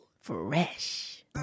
Fresh